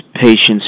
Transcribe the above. patients